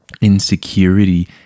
insecurity